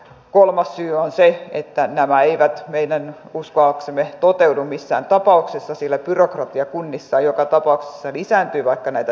kolmas syy on se että nämä eivät meidän uskoaksemme toteudu missään tapauksessa sillä byrokratia kunnissa joka tapauksessa lisääntyy vaikka näitä tehtäisiin